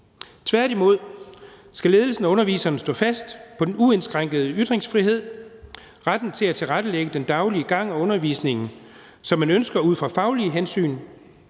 Tværtimod skal ledelsen og underviserne stå fast på den uindskrænkede ytringsfrihed og retten til at tilrettelægge den daglige gang og undervisningen, som man ønsker ud fra faglige hensyn.